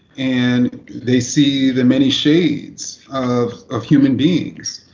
and they see the many shades of of human beings.